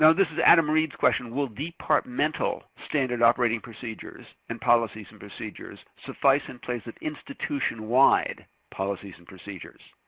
so this is adam reids' question. will departmental standard operating procedures and policies and procedures suffice in place of institution-wide policies and procedures?